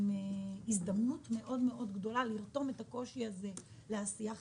לצד הזדמנות מאוד גדולה לרתום את הקושי הזה לעשייה חברתית,